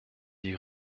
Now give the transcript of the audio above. die